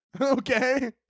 Okay